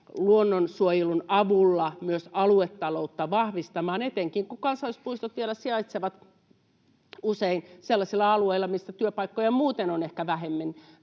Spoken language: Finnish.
luonnonsuojelun avulla myös aluetaloutta vahvistamaan, etenkin kun kansallispuistot vielä sijaitsevat usein sellaisilla alueilla, missä työpaikkoja muuten on ehkä vähemmän: